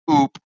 oop